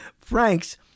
Frank's